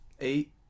Eight